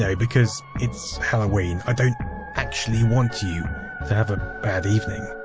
yeah because it's halloween. i don't actually want you to have a bad evening.